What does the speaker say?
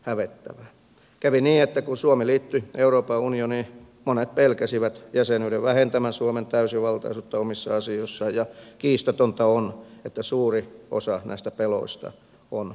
kävi niin että kun suomi liittyi euroopan unioniin monet pelkäsivät jäsenyyden vähentävän suomen täysivaltaisuutta omissa asioissaan ja kiistatonta on että suuri osa näistä peloista on toteutunut